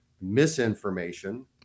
misinformation